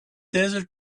desert